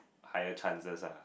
higher chances lah